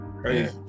crazy